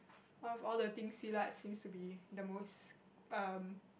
out of all the thing Silat seems to be the most um